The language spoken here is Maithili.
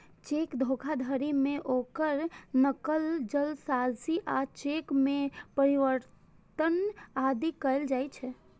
चेक धोखाधड़ी मे ओकर नकल, जालसाजी आ चेक मे परिवर्तन आदि कैल जाइ छै